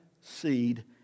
seed